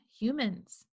humans